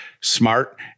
smart